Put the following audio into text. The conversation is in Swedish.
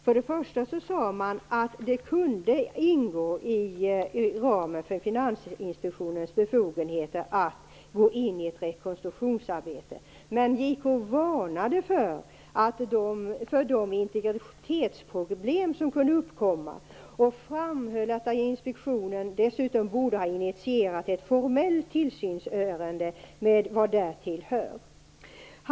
Först och främst sade man att det kunde ingå inom ramen för Finansinspektionens befogenheter att gå in i ett rekonstruktionsarbete. Men JK varnade för de integritetsproblem som kunde uppkomma och framhöll att inspektionen dessutom borde ha initierat ett formellt tillsynsärende med vad därtill hör.